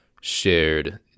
shared